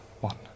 one